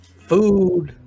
food